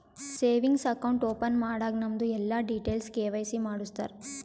savings account open ಮಾಡಾಗ್ ನಮ್ದು ಎಲ್ಲಾ ಡೀಟೇಲ್ಸ್ ಕೆ.ವೈ.ಸಿ ಮಾಡುಸ್ತಾರ್